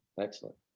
Excellent